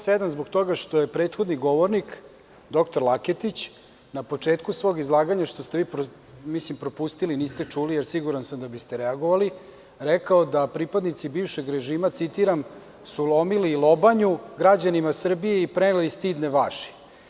Član 107. zbog toga što je prethodni govornik, doktor Laketić, na početku svog izlaganja, što ste vi propustili, niste čuli, jer siguran sam da biste reagovali, rekao da pripadnici bivšeg režima, citiram – su lomili lobanju građanima Srbije i preneli stidne vaši.